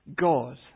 God